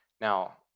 Now